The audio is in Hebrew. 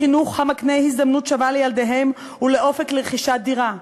לחינוך המקנה הזדמנות שווה לילדיהם ולאופק לרכישת דירה,